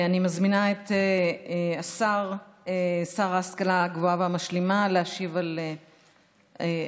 אני מזמינה את שר ההשכלה הגבוהה והמשלימה להשיב על שאילתות.